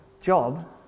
job